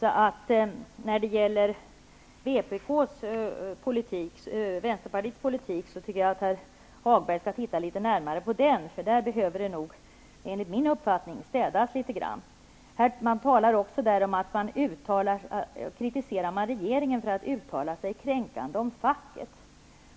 Jag tycker att herr Hagberg skall titta litet närmare på Vänsterpartiets politik, eftersom det, enligt min uppfattning, behöver städas litet i den. I motionen kritiseras också regeringen för att uttala sig kränkande om facket.